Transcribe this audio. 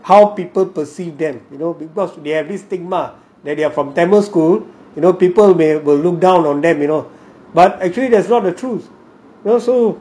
how people perceive them you know because they have this stigma that they are from tamil school you know people may will look down on them you know but actually that's not the truth also